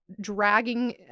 Dragging